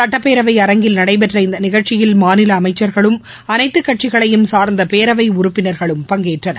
சட்டப்பேரவை அரங்கில் நடைபெற்ற இந்த நிகழ்ச்சியில் மாநில அமைச்சர்களும் அனைத்துக் கட்சிகளையும் சார்ந்த பேரவை உறுப்பினர்களும் பங்கேற்றனர்